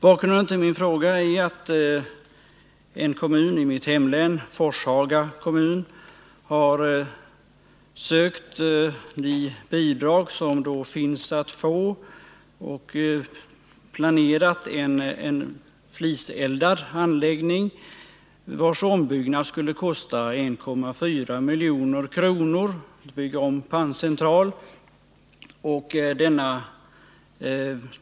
Bakgrunden till min fråga är att en kommun i mitt hemlän, Forshaga kommun, har sökt de bidrag som finns att få och planerat en fliseldad anläggning, där ombyggnad av panncentral skulle kosta 1,4 milj.kr.